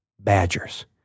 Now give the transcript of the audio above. badgers